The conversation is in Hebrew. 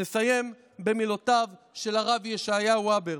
נסיים במילותיו של הרב ישעיהו הבר: